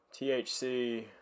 THC